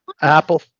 Apple